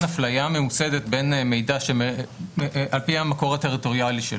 אפליה ממוסדת בין מידע על פי המקור הטריטוריאלי שלו.